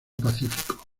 pacífico